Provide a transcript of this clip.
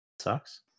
sucks